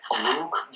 Luke